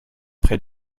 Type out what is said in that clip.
près